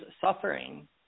suffering